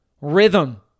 rhythm